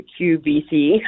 QBC